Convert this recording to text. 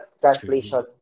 translation